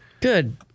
Good